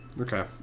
Okay